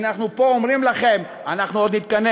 והנה, אנחנו פה אומרים לכם: אנחנו עוד נתכנס,